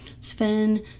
Sven